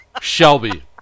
Shelby